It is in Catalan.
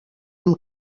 amb